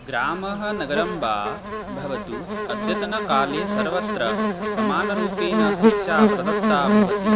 ग्रामः नगरं वा भवतु अद्यतनकाले सर्वत्र समानरूपेण शिक्षा प्रदत्ता भवति